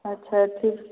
ଆଚ୍ଛା ଠିକ୍